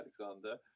alexander